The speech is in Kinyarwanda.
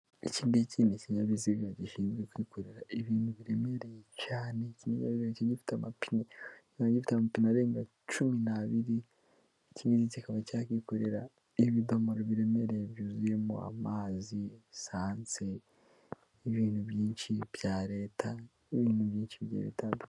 Iki ngiki ni kinyabiziga gishinzwe kwikorera ibintu biremereye cyane, ikinyabiziga gifite amapine, arenga cumi n'abiri, iki ngiki kikaba cyikorera ibidomoro biremereye byuzuyemo amazi, risanse, n'ibintu byinshi bya leta, n'ibintu byinshi bigiye bitandukanye.